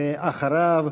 ואחריו,